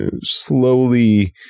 slowly